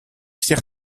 всех